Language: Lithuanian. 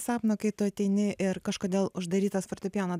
sapno kai tu ateini ir kažkodėl uždarytas fortepijono